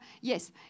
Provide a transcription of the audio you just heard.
yes